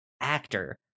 actor